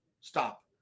stop